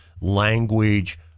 language